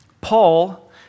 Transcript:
Paul